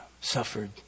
suffered